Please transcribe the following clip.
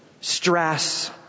stress